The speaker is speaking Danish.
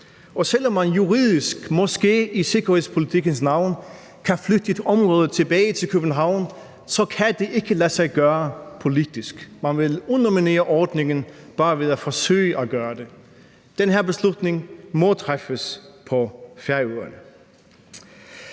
og selv om man juridisk måske i sikkerhedspolitikkens navn kan flytte et område tilbage til København, så kan det ikke lade sig gøre politisk. Man vil underminere ordningen bare ved at forsøge at gøre det. Den her beslutning må træffes på Færøerne.